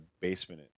basement